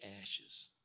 ashes